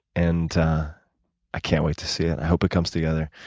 and i can't wait to see it. i hope it comes together.